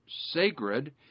sacred